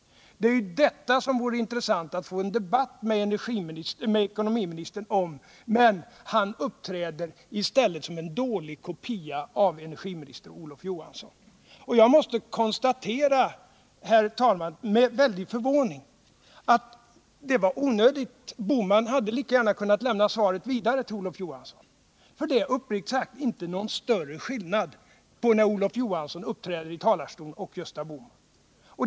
Det är ju detta som det vore intressant att få en debatt med ekonomiministern om, men han uppträder i stället som en dålig kopia av energiminister Olof Johansson. Jag måste med väldig förvåning konstatera, herr talman, att Gösta Bohman lika gärna hade kunnat lämna svaret vidare till Olof Johansson, för det är uppriktigt sagt inte någon större skillnad på när Olof Johansson uppträder i talarstolen och när Gösta Bohman gör det.